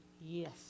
yes